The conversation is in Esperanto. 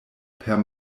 per